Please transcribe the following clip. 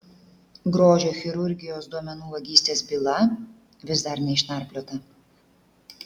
grožio chirurgijos duomenų vagystės byla vis dar neišnarpliota